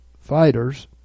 fighters